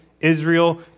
Israel